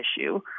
issue